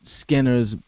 Skinner's